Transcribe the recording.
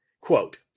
Quote